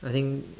I think